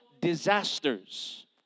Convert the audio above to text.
disasters